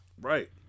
Right